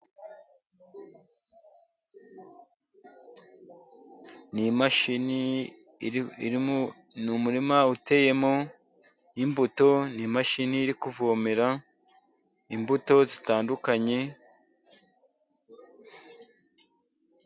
Ni imashini irimo, ni umurima uteyemo imbuto, n'imashini iri kuvomera imbuto zitandukanye.